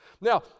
Now